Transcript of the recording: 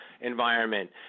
environment